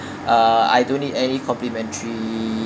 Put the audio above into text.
uh I don't need any complimentary